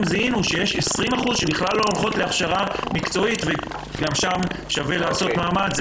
זיהינו שיש 20% שבכלל לא הולכות להכשרה מקצועית וגם שם שווה לעשות מאמץ.